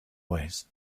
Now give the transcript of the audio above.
ways